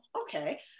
okay